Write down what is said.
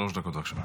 שלוש דקות בבקשה.